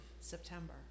September